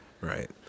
right